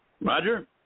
Roger